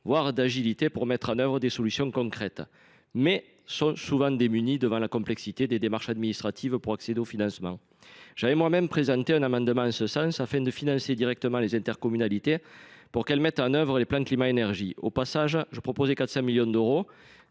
voire d’agilité, pour mettre en œuvre des solutions concrètes, mais ils sont souvent démunis devant la complexité des démarches administratives ouvrant droit aux financements. J’avais moi même présenté un amendement visant à financer directement les intercommunalités afin qu’elles mettent en œuvre les plans climat énergie. Au passage, je proposais de prévoir une